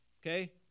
Okay